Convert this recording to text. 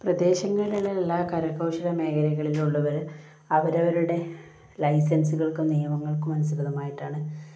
പ്രദേശങ്ങളിലുള്ള കരകൗശല മേഖലകളിലും ഉള്ളവർ അവരവരുടെ ലൈസൻസുകൾക്കും നിയമങ്ങൾക്കും അനുസൃതമായിട്ടാണ്